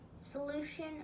solution